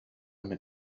mit